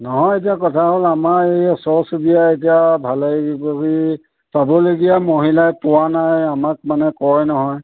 নহয় এতিয়া কথা হ'ল আমাৰ এই ওচৰ চুবুৰীয়া এতিয়া ভালে পাবলগীয়া মহিলাই পোৱা নাই আমাক মানে কয় নহয়